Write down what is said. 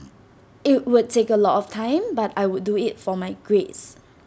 IT would take A lot of time but I would do IT for my grades